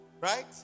right